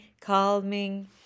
calming